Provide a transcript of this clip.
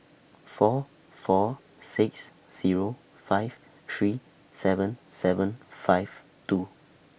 four four six Zero five three seven seven five two